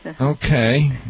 Okay